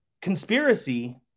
Conspiracy